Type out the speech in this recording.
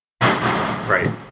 Right